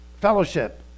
fellowship